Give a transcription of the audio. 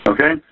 Okay